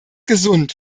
gesund